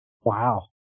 Wow